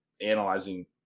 analyzing